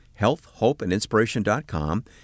healthhopeandinspiration.com